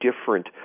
different